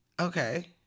Okay